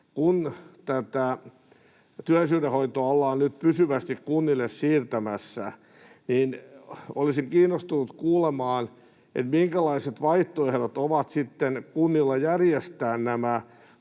kun tätä työllisyydenhoitoa ollaan nyt pysyvästi kunnille siirtämässä, niin olisin kiinnostunut kuulemaan, minkälaiset vaihtoehdot ovat sitten kunnilla järjestää nämä